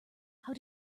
how